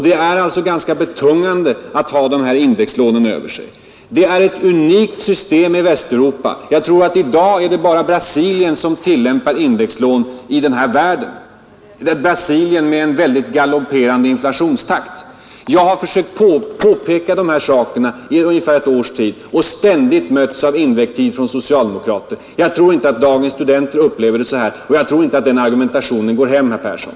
Det är alltså ganska betungande att ha de här indexlånen över sig. Det här systemet är unikt i Västeuropa. Jag tror att i dag är det bara Brasilien som tillämpar indexlån i den här världen — Brasilien som har en galopperande inflationstakt. Jag har försökt påpeka de här sakerna i ungefär ett års tid och ständigt mötts av invektiv från socialdemokrater. Jag tror inte att dagens studenter upplever det så som herr Persson beskriver det. Jag tror inte den argumentationen går hem, herr Persson.